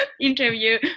interview